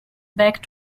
back